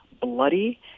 bloody